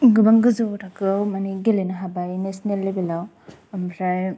गोबां गोजौनि थाखोआव माने गेलेनो हानाय नेसनेल लेबेलाव ओमफ्राय